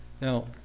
now